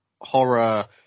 horror